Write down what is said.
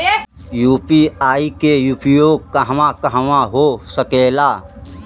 UPI के उपयोग कहवा कहवा हो सकेला?